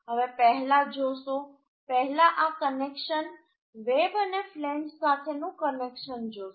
હવે પહેલા જોશે પહેલા આ કનેક્શન વેબ અને ફ્લેંજ સાથેનું કનેક્શન જોશે